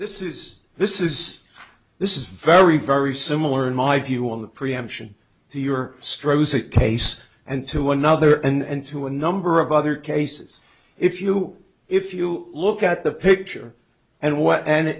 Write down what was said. this is this is this is very very similar in my view on the preemption to your stroke case and to another and to a number of other cases if you if you look at the picture and what and